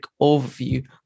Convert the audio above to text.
overview